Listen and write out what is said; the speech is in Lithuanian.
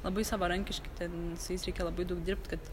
labai savarankiški ten su jais reikia labai daug dirbt kad